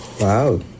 Wow